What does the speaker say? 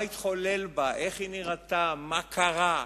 מה התחולל בה, איך היא נראתה, מה קרה,